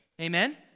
Amen